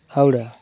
Howrah